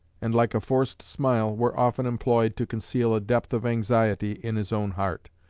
and, like a forced smile, were often employed to conceal a depth of anxiety in his own heart,